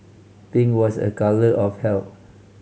pink was a colour of health